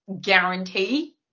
guarantee